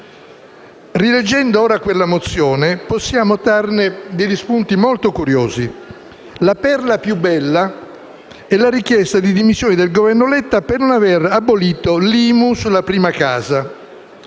Rileggendo ora quella mozione possiamo trarne degli spunti molto curiosi. La perla più bella è la richiesta di dimissioni del Governo Letta per non aver abolito l'IMU sulla prima casa.